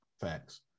Facts